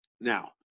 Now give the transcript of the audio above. Now